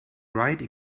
write